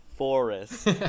forest